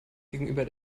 gegenüber